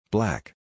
Black